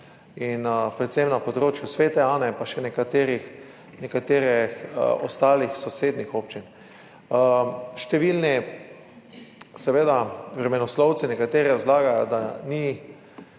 predvsem na področju Svete Ane pa še nekaterih ostalih, sosednjih občin. Številni vremenoslovci, nekateri, razlagajo, da ni